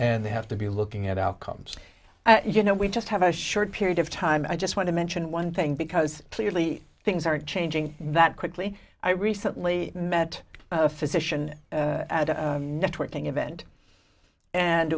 and they have to be looking at outcomes you know we just have a short period of time i just want to mention one thing because clearly things are changing that quickly i recently met a physician networking event and